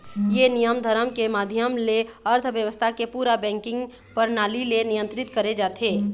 ये नियम धरम के माधियम ले अर्थबेवस्था के पूरा बेंकिग परनाली ले नियंत्रित करे जाथे